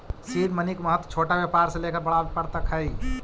seed money के महत्व छोटा व्यापार से लेकर बड़ा व्यापार तक हई